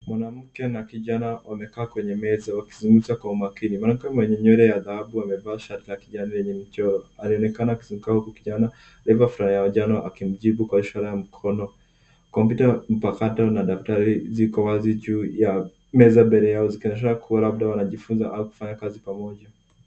Mwanamke na kijana wamekaa kwenye meza wakizungumza kwa makini. Mwanamke mwenye nywele ya dhahabu amevaa shati la kijani lenye michoro anaonekana akizunguka huku kijana aliyevaa fulana ya manjano akimjibu kwa ishara ya mkono. Kompyuta mpakato na daftari ziko wazi juu ya meza mbele yao zikionyesha kuwa labda wanajifunza au kufanya kazi pamoja.